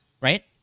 Right